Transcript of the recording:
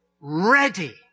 ready